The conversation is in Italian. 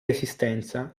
resistenza